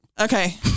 okay